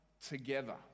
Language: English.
together